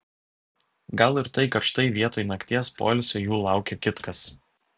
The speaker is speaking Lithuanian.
gal ir tai kad štai vietoj nakties poilsio jų laukia kitkas